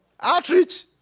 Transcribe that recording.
Outreach